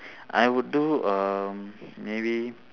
I would do um maybe